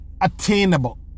attainable